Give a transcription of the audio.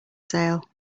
sale